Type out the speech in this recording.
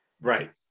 Right